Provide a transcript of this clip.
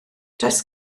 does